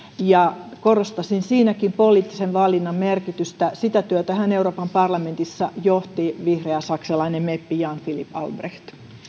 korostaisin siinäkin poliittisen valinnan merkitystä sitä työtähän euroopan parlamentissa johti vihreä saksalainen meppi jan philipp albrecht